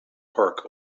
park